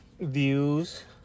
views